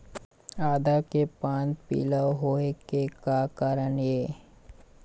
आदा के पान पिला होय के का कारण ये?